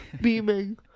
Beaming